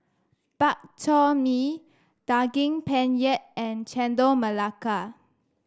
Bak Chor Mee Daging Penyet and Chendol Melaka